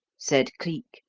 said cleek,